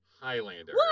Highlander